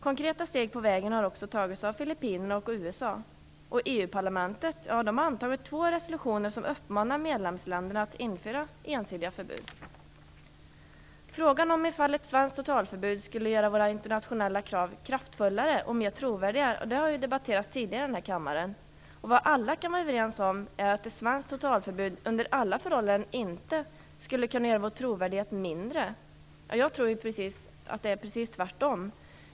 Konkreta steg på vägen har tagits av Filippinerna och USA, och EU-parlamentet har antagit två resolutioner som uppmanar medlemsländerna att införa ensidiga förbud. Frågan om ett svenskt totalförbud skulle göra våra internationella krav kraftfulla och mer trovärdiga har tidigare debatteras i denna kammare. Vad alla kan vara överens om är att ett svenskt totalförbud under alla förhållanden inte skulle kunna göra vår trovärdighet mindre. Jag tror att det är precis tvärtom.